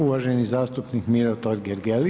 Uvaženi zastupnik Miro Totgergeli.